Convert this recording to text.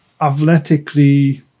athletically